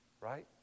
Right